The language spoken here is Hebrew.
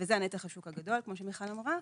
וזה נתח השוק הגדול, כמו שמיכל אמרה.